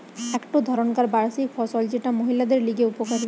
একটো ধরণকার বার্ষিক ফসল যেটা মহিলাদের লিগে উপকারী